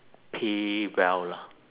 pay well lah